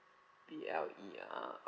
B L E ah